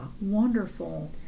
Wonderful